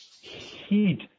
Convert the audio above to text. heat